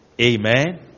amen